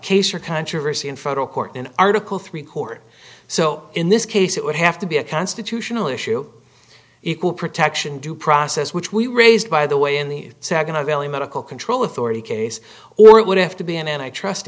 case or controversy in federal court in article three court so in this case it would have to be a constitutional issue equal protection due process which we raised by the way in the saginaw valley medical control authority case or it would have to be and i trust